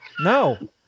No